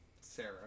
Sarah